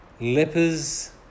lepers